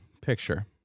picture